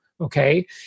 Okay